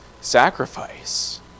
sacrifice